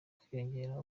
kwiyongera